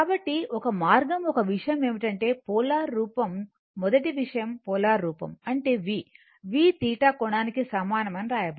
కాబట్టి ఒక మార్గం ఒక విషయం ఏమిటంటే పోలార్ రూపం మొదటి విషయం పోలార్ రూపం అంటే v V θకోణానికి సమానం అని వ్రాయండి